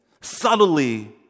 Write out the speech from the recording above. Subtly